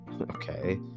Okay